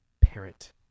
parent